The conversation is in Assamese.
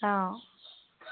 অঁ